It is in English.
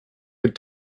good